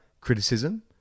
criticism